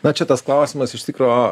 na čia tas klausimas iš tikro